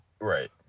right